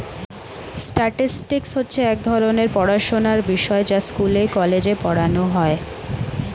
statistics হচ্ছে এক ধরণের পড়াশোনার বিষয় যা স্কুলে, কলেজে পড়ানো হয়